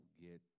get